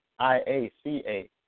IACA